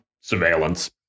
surveillance